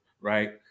right